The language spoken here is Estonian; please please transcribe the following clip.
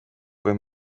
kui